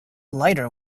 lighter